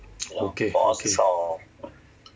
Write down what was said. okay I see